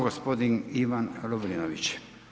Gospodin Ivan Lovrinović.